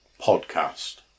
podcast